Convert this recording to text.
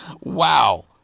Wow